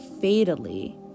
fatally